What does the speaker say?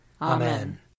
Amen